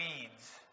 weeds